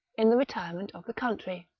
in the retirement of the country.